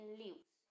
leaves